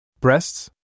Breasts